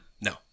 No